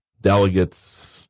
delegates